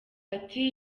ati